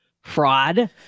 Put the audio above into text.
fraud